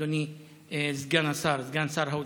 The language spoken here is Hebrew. אדוני סגן שר האוצר.